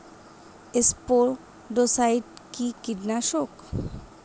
স্পোডোসাইট কি কীটনাশক?